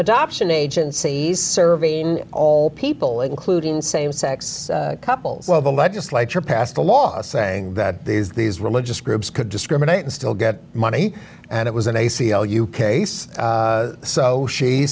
adoption agencies serving all people including same sex couples well the legislature passed a law saying that these these religious groups could discriminate and still get money and it was an a c l u case so she